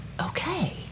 okay